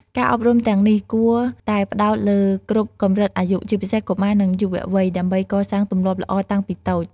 ការអប់រំទាំងនេះគួរតែផ្តោតលើគ្រប់កម្រិតអាយុ ជាពិសេសកុមារនិងយុវវ័យ ដើម្បីកសាងទម្លាប់ល្អតាំងពីតូច។